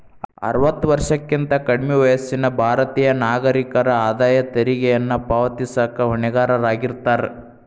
ಅರವತ್ತ ವರ್ಷಕ್ಕಿಂತ ಕಡ್ಮಿ ವಯಸ್ಸಿನ ಭಾರತೇಯ ನಾಗರಿಕರ ಆದಾಯ ತೆರಿಗೆಯನ್ನ ಪಾವತಿಸಕ ಹೊಣೆಗಾರರಾಗಿರ್ತಾರ